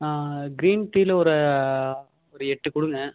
green டீயில ஒரு ஒரு எட்டுக் கொடுங்க